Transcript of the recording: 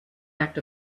act